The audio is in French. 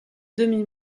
demi